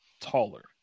taller